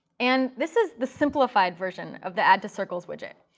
and this is the simplified version of the add to circles widget.